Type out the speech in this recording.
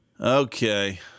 Okay